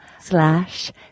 slash